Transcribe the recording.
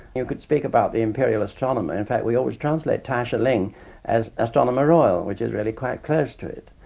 you could speak about the imperial astronomer, in fact we always translate da shiling as astronomer royal which is really quite close to it,